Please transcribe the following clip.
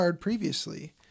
previously